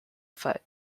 foote